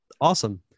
Awesome